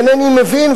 אינני מבין,